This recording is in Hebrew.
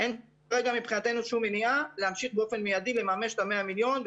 אין כרגע מבחינתו שום מניעה להמשיך באופן מיידי לממש את ה-100 מיליון,